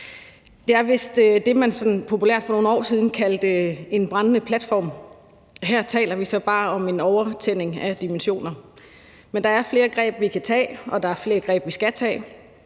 Det er vist det, man sådan populært for nogle år siden kaldte en brændende platform. Her taler vi så bare om en overtænding af dimensioner. Men der er flere greb, vi kan tage, og der er flere greb, vi skal tage.